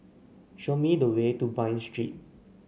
show me the way to Bain Street